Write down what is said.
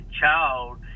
child